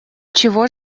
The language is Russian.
чего